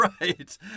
Right